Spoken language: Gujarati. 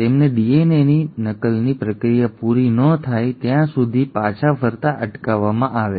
તેમને ડીએનએ નકલની પ્રક્રિયા પૂરી ન થાય ત્યાં સુધી પાછા ફરતા અટકાવવામાં આવે છે